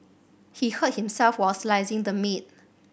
he hurt himself while slicing the meat